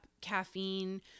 caffeine